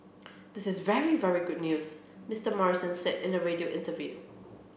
this is very very good news Mister Morrison said in a radio interview